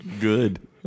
Good